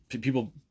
People